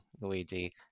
Luigi